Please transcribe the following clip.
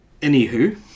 anywho